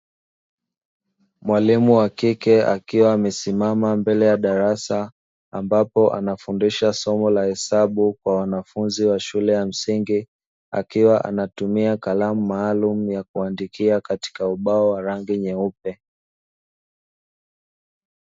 Mwalimu wa kike akiwa amesimama mbele ya darasa, ambapo anafundisha somo la hesabu kwa wanafunzi wa shule ya msingi, akiwa anatumia kalamu maalumu ya kuandikia, katika ubao wa rangi nyeupe.